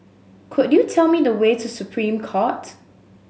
could you tell me the way to Supreme Court